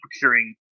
procuring